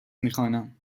میخوانم